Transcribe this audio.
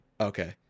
Okay